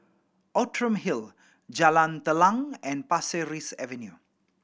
Outram Hill Jalan Telang and Pasir Ris Avenue